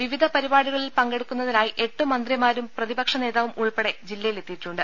വിവിധ പരിപാടികളിൽ പങ്കെടുക്കുന്നതിനായി എട്ട് മന്ത്രിമാരും പ്രതിപക്ഷ നേതാവും ഉൾപ്പെടെ ജില്ലയിലെത്തിയിട്ടുണ്ട്